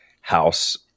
house